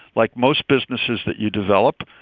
like most businesses that you develop,